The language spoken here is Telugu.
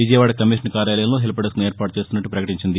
విజయవాడ కమిషన్ కార్యాలయంలో హెల్ప్ డెస్క్ను ఏర్పాటు చేస్తున్నట్లు ప్రకటించింది